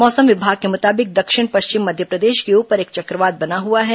मौसम विभाग के मुताबिक दक्षिण पश्चिम मध्यप्रदेश के ऊपर एक चक्रवात बना हुआ है